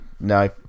No